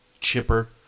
chipper